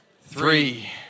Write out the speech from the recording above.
Three